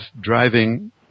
driving